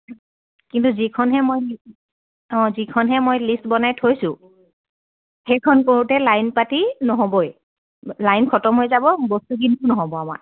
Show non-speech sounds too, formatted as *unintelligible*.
কিন্তু যিখনহে মই *unintelligible* অঁ যিখনহে মই লিষ্ট বনাই থৈছোঁ সেইখন কৰোঁতে লাইন পাতি নহ'বই *unintelligible* লাইন খতম হৈ যাব বস্তু কিন্তু নহ'ব আমাৰ